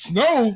Snow